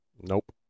Nope